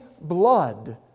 blood